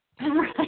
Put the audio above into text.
right